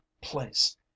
place